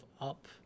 up